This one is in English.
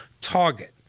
target